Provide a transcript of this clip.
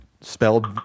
spelled